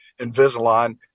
Invisalign